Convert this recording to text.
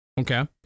Okay